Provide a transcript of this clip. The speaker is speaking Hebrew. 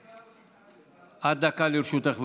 עד דקה לרשותך,